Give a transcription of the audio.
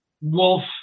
Wolf